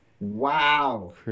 Wow